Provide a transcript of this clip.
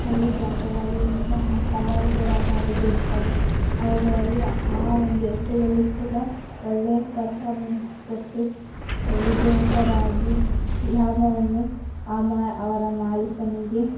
ಹಳ್ಳಿ ಜಾತ್ರೆಗಲ್ಲಿ ಇಂತಹ ಸವಾಲುಗಳನ್ನ ಒಡ್ಡಿರ್ತಾರೆ ಅವುಗಳಲ್ಲಿ ಆ ಒಂದು ಎತ್ತುಗಳು ಕೂಡ ಒಳ್ಳೆಯ ಪರ್ಫಾರ್ಮೆನ್ಸ್ ಕೊಟ್ಟು ವಿಜೇತರಾಗಿ ಲಾಭವನ್ನು ಆ ಮಾ ಅವರ ಮಾಲೀಕನಿಗೆ